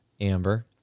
Amber